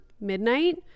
midnight